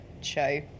show